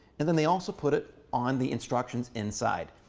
and then they also put it on the instructions inside.